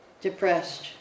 depressed